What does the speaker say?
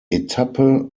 etappe